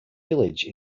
village